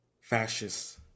fascists